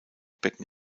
becken